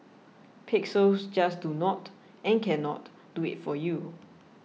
pixels just do not and cannot do it for you